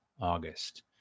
August